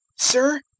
sir,